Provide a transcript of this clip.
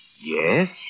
Yes